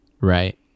right